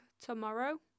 tomorrow